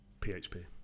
PHP